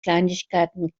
kleinigkeiten